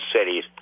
cities